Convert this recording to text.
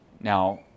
Now